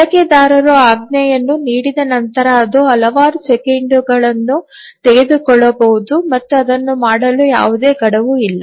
ಬಳಕೆದಾರರು ಆಜ್ಞೆಯನ್ನು ನೀಡಿದ ನಂತರ ಅದು ಹಲವಾರು ಸೆಕೆಂಡುಗಳನ್ನು ತೆಗೆದುಕೊಳ್ಳಬಹುದು ಮತ್ತು ಅದನ್ನು ಮಾಡಲು ಯಾವುದೇ ಗಡುವು ಇಲ್ಲ